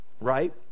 right